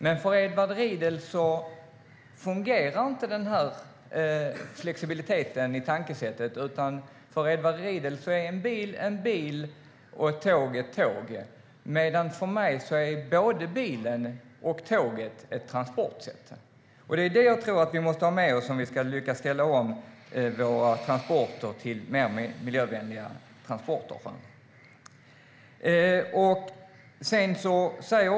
Men för Edward Riedl fungerar inte den flexibiliteten i tankesättet, utan för honom är en bil en bil och ett tåg ett tåg. För mig är både bilen och tåget transportsätt. Det är det jag tror att vi måste ha med oss om vi ska lyckas ställa om våra transporter till mer miljövänliga transportslag.